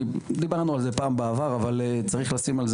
דיברנו על זה בעבר אבל צריך לשים על זה